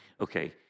okay